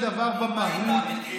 בסופו של דבר, במהות,